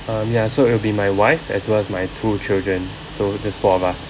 um ya so it'll be my wife as well as my two children so just four of us